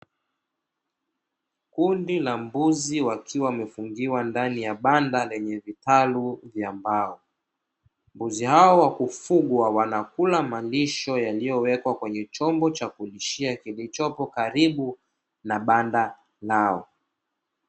Kundi la mbuzi wakiwa wamefungiwa ndani ya banda lenye vitalu vya mbao, mbuzi hao wa kufugwa wanakula malisho yaliyowekwa kwenye chombo cha kulishia kilichopo karibu na banda lao.